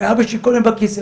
אבא שלי כל היום בכיסא,